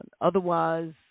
Otherwise